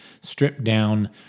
stripped-down